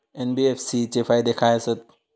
NBFC चे फायदे खाय आसत?